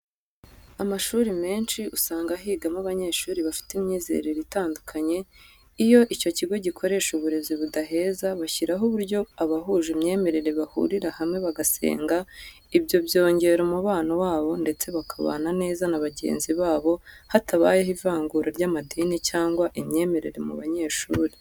Amashuri menshi usanga higamo abanyeshuri bafite imyizerere itandukanye, iyo icyo kigo gikoresha uburezi budaheza bashyiraho uburyo abahuje imyemerere bahurira hamwe bagasenga, ibyo byongera umubano wabo ndetse bakabana neza na bagenzi babo hatabayeho ivangura ry'amadini cyangwa imyemerere mu banyeshuri.